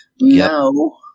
No